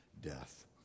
death